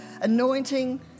anointing